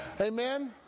Amen